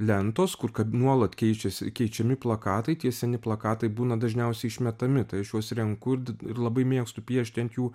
lentos kur kad nuolat keičiasi keičiami plakatai tie seni plakatai būna dažniausiai išmetami tai aš juos renku ir ir labai mėgstu piešti ant jų